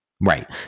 Right